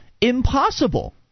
impossible